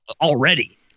already